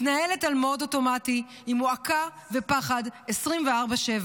מתנהלת על מוד אוטומטי עם מועקה ופחד 24/7,